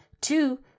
Two